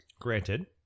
Granted